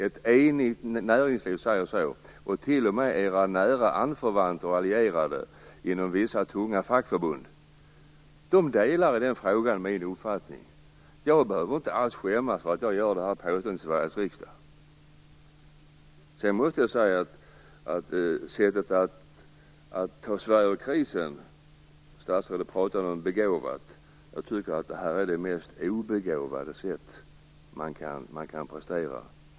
Ett enigt näringsliv säger samma sak, och t.o.m. era nära anförvanter och allierade inom vissa tunga fackförbund delar i denna fråga min uppfattning. Jag behöver inte alls skämmas för att jag gör det här påståendet i Sveriges riksdag. Sedan måste jag säga att jag tycker att det sätt att ta Sverige ur krisen som statsrådet talade om som "begåvat", är det mest obegåvade man kan prestera.